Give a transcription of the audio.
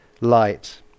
light